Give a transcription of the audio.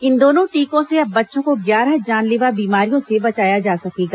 इन दोनों टीकों से अब बच्चों को ग्यारह जानलेवा बीमारियों से बचाया जा सकेगा